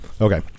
Okay